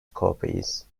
copies